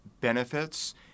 benefits